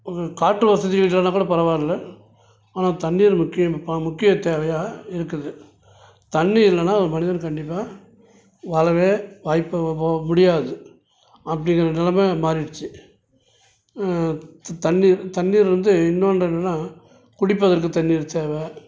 காற்று வசதிகள் இல்லைன்னா கூட பரவாயில்லை ஆனால் தண்ணீர் முக்கியம் முக்கிய தேவையாக இருக்குது தண்ணி இல்லைன்னா ஒரு மனிதன் கண்டிப்பாக வாழவே வாய்ப்பு போ முடியாது அப்படிங்கிற நெலமை மாறிடுத்து தண்ணீர் தண்ணீர் வந்து இன்னொன்று என்னென்னால் குடிப்பதற்குத் தண்ணீர் தேவை